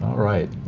right.